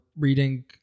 Reading